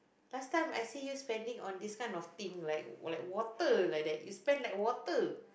last time I see you spending on this kind of thing like like water like that you spend like water